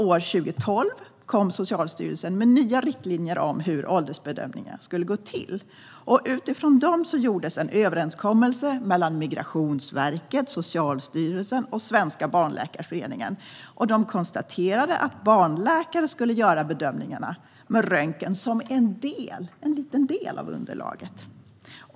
År 2012 kom Socialstyrelsen med nya riktlinjer om hur åldersbedömningar skulle gå till. Utifrån dem gjordes en överenskommelse mellan Migrationsverket, Socialstyrelsen och Svenska Barnläkarföreningen. Det bestämdes att barnläkare skulle göra bedömningarna och att röntgen skulle vara bara en del av underlaget.